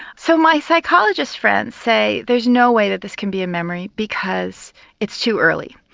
so my psychologist friends say there's no way that this can be a memory because it's too early.